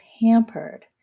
pampered